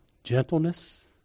Gentleness